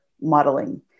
modeling